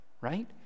right